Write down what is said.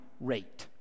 rate